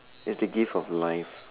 is the gift of life